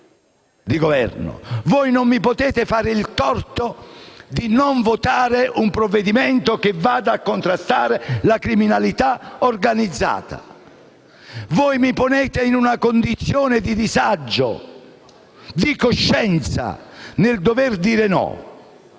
maggioranza di Governo) di non votare un provvedimento che va a contrastare la criminalità organizzata. Voi mi ponete in una condizione di disagio di coscienza nel dover dire no.